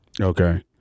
okay